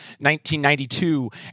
1992